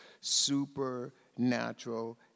supernatural